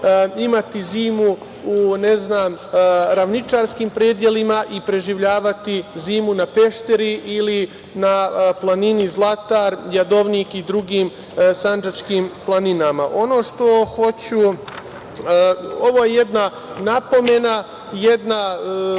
imati zimu u, ne znam, ravničarskim predelima i preživljavati zimu na Pešteru ili na planini Zlatar, Jadovnik i drugim sandžačkim planinama. Ovo je jedna napomena, jedno